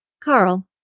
Carl